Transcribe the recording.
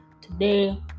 today